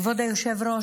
כבוד היושב-ראש,